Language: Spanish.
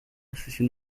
sesión